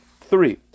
Three